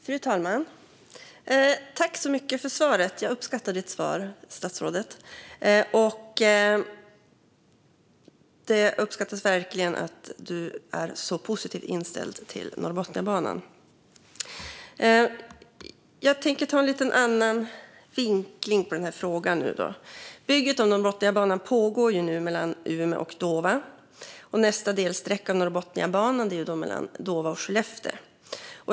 Fru talman! Tack så mycket för svaret, statsrådet - jag uppskattar det. Det uppskattas verkligen att du är så positivt inställd till Norrbotniabanan. Jag tänker nu ta en lite annan vinkling på frågan. Bygget av Norrbotniabanan pågår nu mellan Umeå och Dåva. Nästa delsträcka är mellan Dåva och Skellefteå.